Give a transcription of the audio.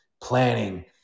planning